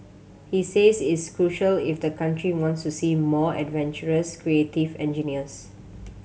he says it's crucial if the country wants to see more adventurous creative engineers